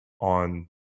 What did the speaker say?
on